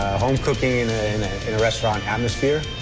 home cooking in and in a restaurant atmosphere,